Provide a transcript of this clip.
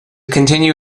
continue